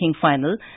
final